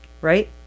right